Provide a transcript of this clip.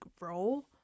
role